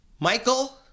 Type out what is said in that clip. Michael